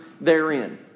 therein